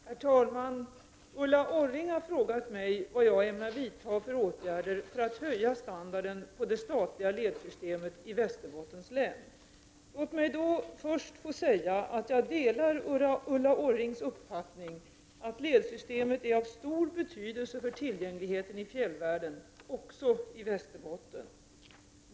Herr talman! Ulla Orring har frågat mig vad jag ämnar vidta för åtgärder för att höja standarden på det statliga ledsystemet i Västerbottens län. Låt mig först få säga att jag delar Ulla Orrings uppfattning att ledsystemet är av stor betydelse för tillgängligheten i fjällvärlden, också i Västerbotten.